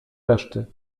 reszty